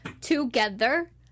together